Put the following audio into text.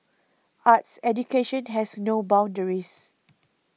arts education has no boundaries